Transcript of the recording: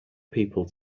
people